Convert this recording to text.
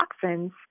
toxins